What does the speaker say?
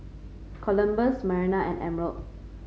Columbus Marinda and Emerald